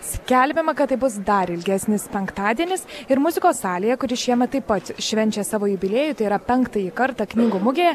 skelbiama kad tai bus dar ilgesnis penktadienis ir muzikos salėje kuri šiemet taip pat švenčia savo jubiliejų tai yra penktąjį kartą knygų mugėje